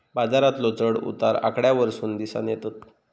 बाजारातलो चढ उतार आकड्यांवरसून दिसानं येतत